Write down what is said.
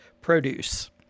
produce